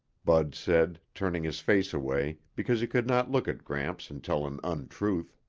bud said, turning his face away because he could not look at gramps and tell an untruth.